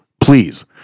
Please